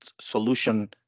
solution